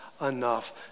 enough